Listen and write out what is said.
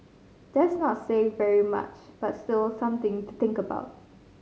that's not saying very much but still something to think about